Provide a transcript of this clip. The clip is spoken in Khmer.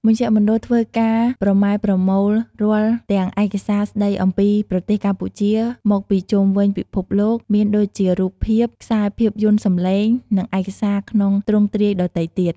មជ្ឈមណ្ឌលធ្វើការប្រមែប្រមូលរាល់ទាំងឯកសារស្តីអំពីប្រទេសកម្ពុជា មកពីជុំវិញពិភពលោក មានដូចជារូបភាព ខ្សែភាពយន្តសំឡេង និងឯកសារក្នុងទ្រង់ទ្រាយដទៃទៀត។